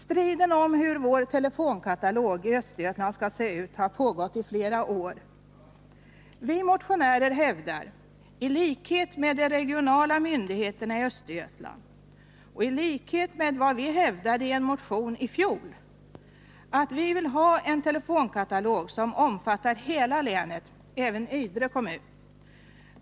Striden om hur vår telefonkatalog i Östergötland skall se ut har pågått i flera år. Vi motionärer hävdar, i likhet med de regionala myndigheterna i Östergötland och i likhet med vad vi hävdade i en motion i fjol, att vi bör ha en telefonkatalog som omfattar hela länet, även Ydre kommun.